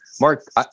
Mark